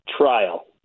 trial